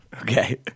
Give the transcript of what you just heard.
Okay